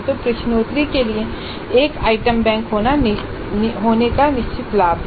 तो प्रश्नोत्तरी के लिए एक आइटम बैंक होने का निश्चित लाभ है